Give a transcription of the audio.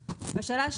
בהייטק.